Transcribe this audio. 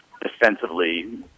Defensively